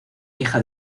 hija